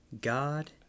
God